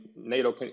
NATO